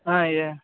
ಹಾಂ ಏ